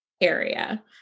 area